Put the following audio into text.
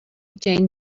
jane